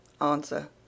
Answer